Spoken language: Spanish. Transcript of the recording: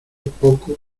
poco